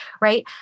right